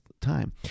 time